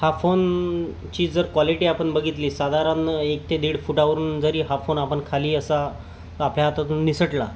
या फोनची जर क्वॉलिटी आपण बघितली साधारण एक ते दीड फुटावरून जरी हा फोन आपण खाली असा आपल्या हातातून निसटला